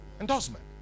Endorsement